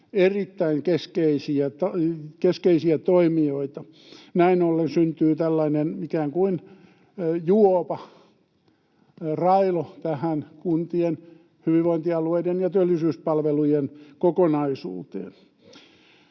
erittäin keskeisiä toimijoita. Näin ollen syntyy tällainen ikään kuin juopa, railo tähän kuntien hyvinvointialueiden ja työllisyyspalvelujen kokonaisuuteen.